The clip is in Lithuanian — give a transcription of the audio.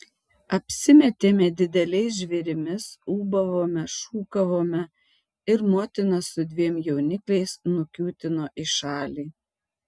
apsimetėme dideliais žvėrimis ūbavome šūkavome ir motina su dviem jaunikliais nukiūtino į šalį